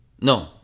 no